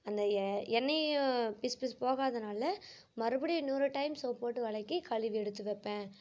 அந்த எ எண்ணெய் பிசுபிசுப்பு போகாததுனால மறுபடியும் இன்னொரு டைம் சோப் போட்டு விலக்கி கழுவி எடுத்து வைப்பேன்